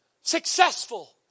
successful